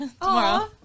Tomorrow